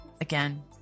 again